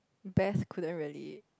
best couldn't really